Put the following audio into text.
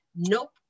Nope